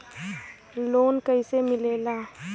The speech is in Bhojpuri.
लोन कईसे मिलेला?